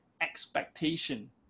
expectation